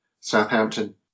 Southampton